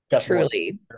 truly